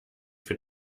für